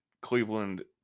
Cleveland